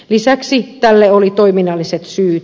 lisäksi tälle oli toiminnalliset syyt